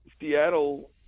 Seattle